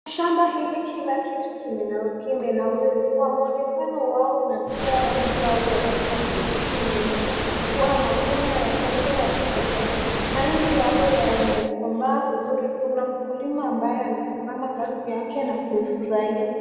Shamba hili kila kitu kimenawiri kwa mwonekano wao na pia rangi yao ya kijani kibichi yanaonyesha kuwa mavuno yatakuwa ya kupendeza. Mahindi yale yamekomaa vizuri. Kuna mkuliwa ambaye anatazama kazi yake na kufurahia.